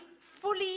fully